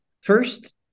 First